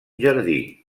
jardí